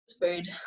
food